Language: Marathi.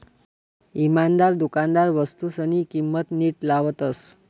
इमानदार दुकानदार वस्तूसनी किंमत नीट लावतस